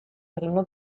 egingo